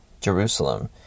Jerusalem